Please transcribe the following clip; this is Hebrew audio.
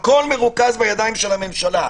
הכול מרוכז בידיים של הממשלה.